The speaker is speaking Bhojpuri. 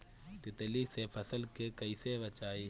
तितली से फसल के कइसे बचाई?